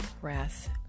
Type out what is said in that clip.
breath